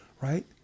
right